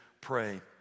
pray